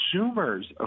consumers